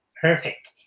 Perfect